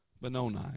Benoni